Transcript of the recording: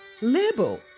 label